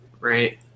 right